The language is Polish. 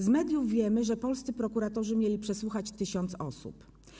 Z mediów wiemy, że polscy prokuratorzy mieli przesłuchać tysiąc osób.